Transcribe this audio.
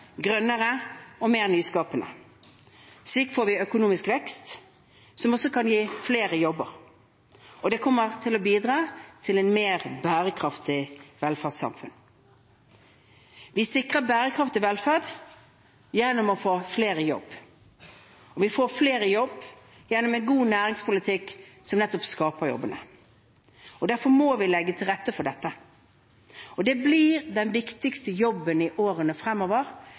grønnere og mer nyskapende. Slik får vi økonomisk vekst, som også kan gi flere jobber, og det kommer til å bidra til et mer bærekraftig velferdssamfunn. Vi sikrer bærekraftig velferd gjennom å få flere i jobb, og vi får flere i jobb gjennom en god næringspolitikk som nettopp skaper jobbene. Derfor må vi legge til rette for dette. Det blir den viktigste jobben i årene fremover